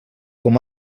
com